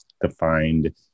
defined